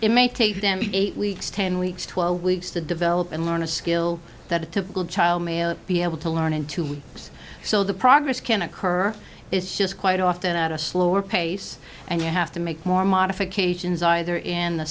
it may take them to eight weeks ten weeks twelve weeks to develop and learn a skill that a typical child may be able to learn in two weeks so the progress can occur is just quite often at a slower pace and you have to make more modifications either in the